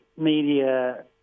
Media